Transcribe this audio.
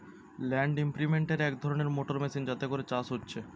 land ইমপ্রিন্টের এক ধরণের মোটর মেশিন যাতে করে চাষ হচ্ছে